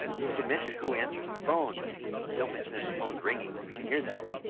you can mentioned who answers the phone, but don't mention that the phone is ringing. we can hear that.